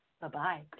Bye-bye